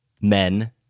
men